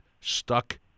stuck